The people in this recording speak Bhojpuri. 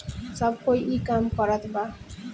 सब कोई ई काम करत बा